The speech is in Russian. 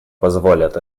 позволят